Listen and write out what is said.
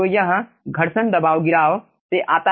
तो यह घर्षण दबाव गिराव से आता है